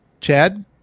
Chad